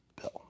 bill